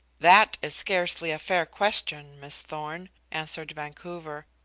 that is scarcely a fair question, miss thorn, answered vancouver.